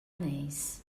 anéis